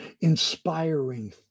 inspiring